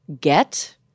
get